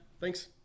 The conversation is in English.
thanks